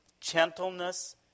gentleness